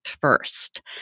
first